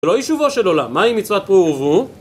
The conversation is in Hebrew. זה לא יישובו של עולם, מה עם מצוות פרו ורבו?